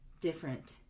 Different